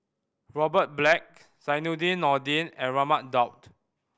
Robert Black Zainudin Nordin and Raman Daud